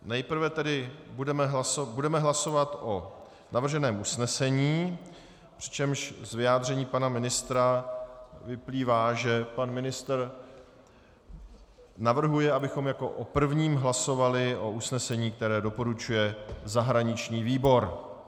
Nejprve tedy budeme hlasovat o navrženém usnesení, přičemž z vyjádření pana ministra vyplývá, že pan ministr navrhuje, abychom jako o prvním hlasovali o usnesení, které doporučuje zahraniční výbor.